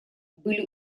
были